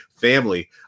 family